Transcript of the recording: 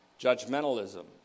judgmentalism